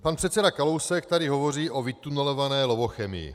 Pan předseda Kalousek tady hovoří o vytunelované Lovochemii.